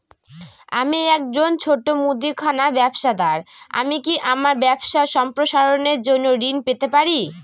আমি একজন ছোট মুদিখানা ব্যবসাদার আমি কি আমার ব্যবসা সম্প্রসারণের জন্য ঋণ পেতে পারি?